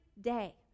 day